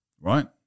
right